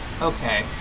Okay